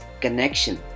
connection